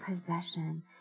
possession